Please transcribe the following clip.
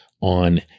on